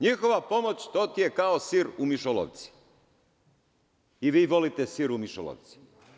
NJihova pomoć je kao sir u mišolovci i vi volite sir u mišolovci.